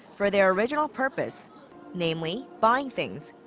for their original purpose namely, buying things.